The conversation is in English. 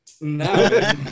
No